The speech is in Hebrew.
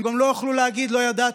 הם גם לא יוכלו להגיד לא ידעתי,